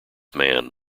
man